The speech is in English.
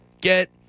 get